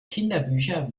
kinderbücher